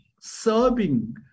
serving